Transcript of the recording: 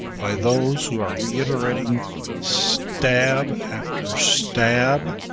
by those who are reiterating stab after stab,